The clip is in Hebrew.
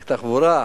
התחבורה.